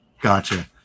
Gotcha